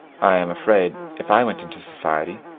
i am afraid, if i went into society,